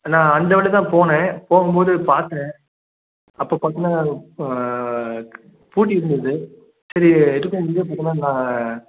நான் அந்த வழி தான் போனேன் போகும்போது பார்த்தேன் அப்போ பார்த்தினா பூட்டி இருந்தது சரி எதுக்கும் வந்து